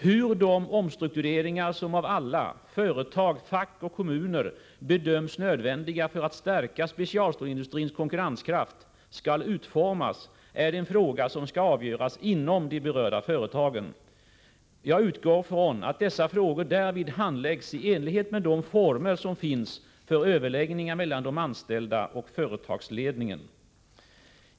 Hur de omstruktureringar som av alla — företag, fack och kommuner — bedöms nödvändiga för att stärka specialstålsindustrins konkurrenskraft skall utformas är en fråga som skall avgöras inom de berörda företagen. Jag utgår från att dessa frågor därvid handläggs i enlighet med de former som finns för överläggningar mellan de anställda och företagsledningen.